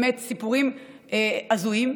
באמת סיפורים הזויים.